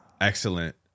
Excellent